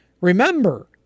Remember